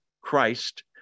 Christ